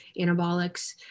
anabolics